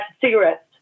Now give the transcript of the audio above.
cigarettes